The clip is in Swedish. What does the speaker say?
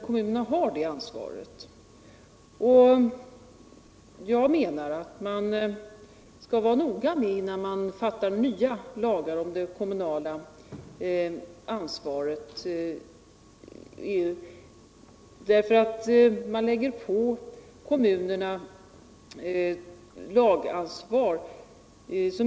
Kommunerna har redan det ansvaret, och jag menar att man skall vara uppmärksam innan man fattar beslut om nya lagar om ett kommunalt ansvar.